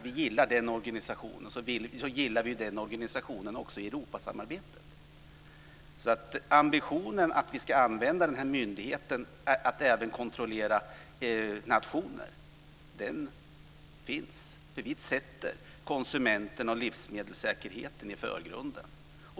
Vi gillar den organisationen och tycker att den vore bra också i Europasamarbetet. Ambitionen finns att vi ska använda myndigheten för att även kontrollera nationer. Vi sätter konsumenten och livsmedelssäkerheten i förgrunden.